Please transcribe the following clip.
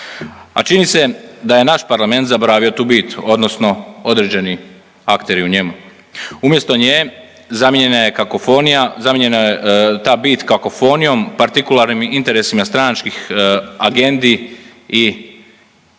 a čini se da je naš parlament zaboravio tu bit odnosno određeni akteri u njemu, umjesto nje zamijenjena je kakofonija, zamijenjena je ta bit kakofonijom, partikularnim interesima stranačkih agendi i ja